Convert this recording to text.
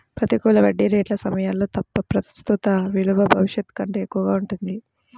ప్రతికూల వడ్డీ రేట్ల సమయాల్లో తప్ప, ప్రస్తుత విలువ భవిష్యత్తు కంటే ఎక్కువగా ఉంటుంది